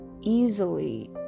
...easily